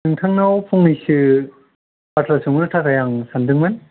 नोंथांनाव फंनैसो बाथ्रा सोंहरनो थाखाय आं सानदोंमोन